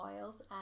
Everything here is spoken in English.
oils